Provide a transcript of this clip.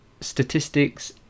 statistics